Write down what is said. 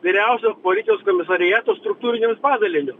vyriausiojo policijos komisariato struktūriniu padaliniu